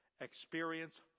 experience